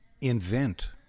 invent